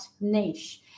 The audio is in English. niche